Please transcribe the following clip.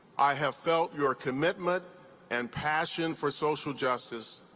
i have felt your commitment and passion for social justice,